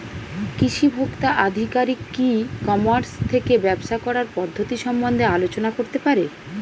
কৃষি ভোক্তা আধিকারিক কি ই কর্মাস থেকে ব্যবসা করার পদ্ধতি সম্বন্ধে আলোচনা করতে পারে?